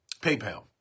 PayPal